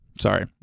Sorry